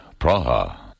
Praha